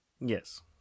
yes